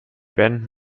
band